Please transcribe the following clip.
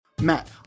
Matt